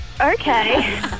Okay